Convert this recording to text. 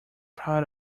proud